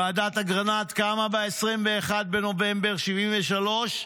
ועדת אגרנט קמה ב-21 בנובמבר 1973,